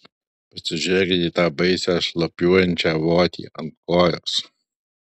pasižiūrėkit į tą baisią šlapiuojančią votį ant kojos